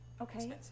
Okay